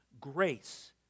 grace